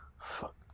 Fuck